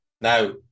Now